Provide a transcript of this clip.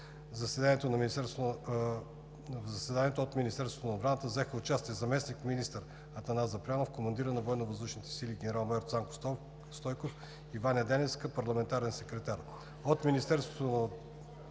В заседанието от Министерството на отбраната взеха участие заместник-министър Атанас Запрянов, командира на ВВС генерал-майор Цанко Стойков и Ваня Деневска – парламентарен секретар. От Министерство на